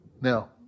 Now